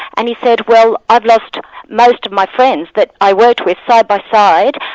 and he said, well i've lost most of my friends that i worked with side by side,